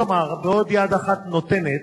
כלומר, בעוד יד אחת נותנת,